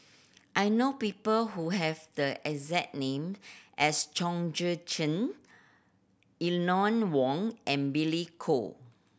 I know people who have the exact name as Chong Tze Chien Eleanor Wong and Billy Koh